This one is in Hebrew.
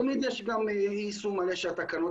תמיד יש גם יישום מלא של התקנות,